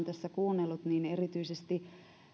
tässä kuunnellut niin erityisesti